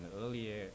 earlier